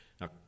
Now